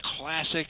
classic